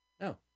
No